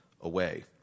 away